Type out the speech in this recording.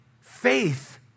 faith